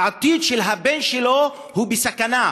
העתיד של הבן שלו בסכנה.